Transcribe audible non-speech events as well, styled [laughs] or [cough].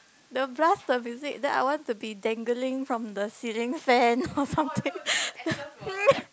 they'll blast the music then I want to be dangling from the ceiling fan [laughs] or something !ee!